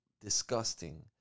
disgusting